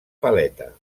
paleta